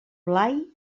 blai